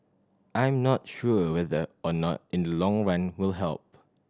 I'm not sure whether or not in the long run will help